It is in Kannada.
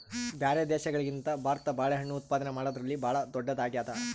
ಬ್ಯಾರೆ ದೇಶಗಳಿಗಿಂತ ಭಾರತ ಬಾಳೆಹಣ್ಣು ಉತ್ಪಾದನೆ ಮಾಡದ್ರಲ್ಲಿ ಭಾಳ್ ಧೊಡ್ಡದಾಗ್ಯಾದ